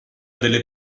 delle